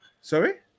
Sorry